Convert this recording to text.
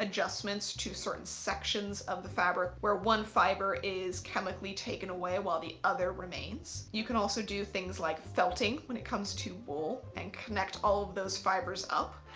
adjustments to certain sections of the fabric where one fibre is chemically taken away while the other remains. you can also do things like felting when it comes to wool and connect all of those fibres up.